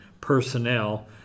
personnel